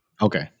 Okay